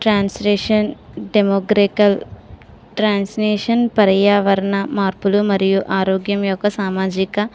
translation demographical translation పర్యావరణ మార్పులు మరియు ఆరోగ్యం యొక్క సామాజిక